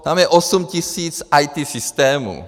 Tam je osm tisíc IT systémů.